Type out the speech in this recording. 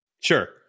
Sure